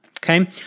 Okay